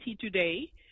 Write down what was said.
today